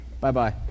Bye-bye